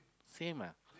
same ah